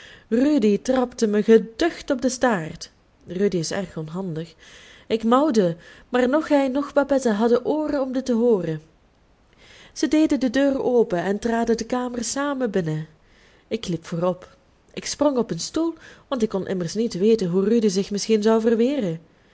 rudy trapte mij geducht op den staart rudy is erg onhandig ik mauwde maar noch hij noch babette hadden ooren om dit te hooren zij deden de deur open en traden de kamer samen binnen ik liep voorop ik sprong op een stoel want ik kon immers niet weten hoe rudy zich misschien zou verweren